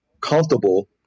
comfortable